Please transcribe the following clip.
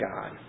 God